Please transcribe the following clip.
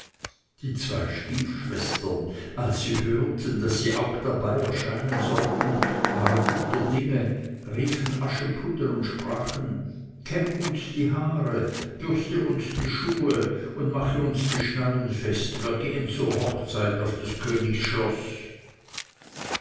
die zwei stiefschwestern als sie hörten daß sie auch dabei erscheinen sollten waren guter dinge riefen aschenputtel und sprachen kämm uns die haare bürste uns die schuhe und mache uns die schnallen fest wir gehen zur hochzeit auf des königs schloß